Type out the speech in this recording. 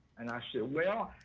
and i said, well,